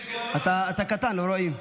אתה קטן, לא רואים.